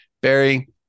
barry